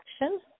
action